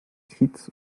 kitts